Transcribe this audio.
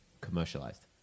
commercialized